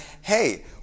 hey